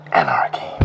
anarchy